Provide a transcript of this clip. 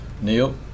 Neil